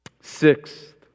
Sixth